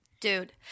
Dude